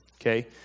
okay